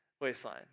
waistline